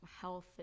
health